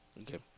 Okay